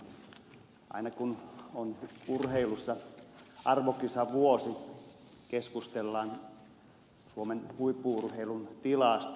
aina kun on urheilussa arvokisavuosi keskustellaan suomen huippu urheilun tilasta